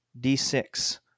D6